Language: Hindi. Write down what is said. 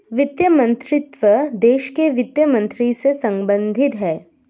वित्त मंत्रीत्व देश के वित्त मंत्री से संबंधित है